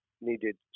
needed